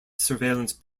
surveillance